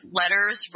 letters